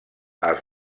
els